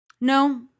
No